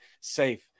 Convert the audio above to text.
safe